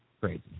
Great